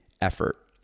effort